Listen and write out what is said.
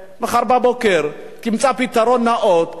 לקחת את ה-60,000 להחזיר אותם הביתה,